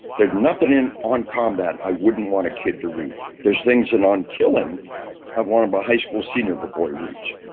there's nothing in on combat i wouldn't want a kid to read. there's things in on killing i'd warn my but high school senior before he reads,